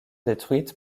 détruite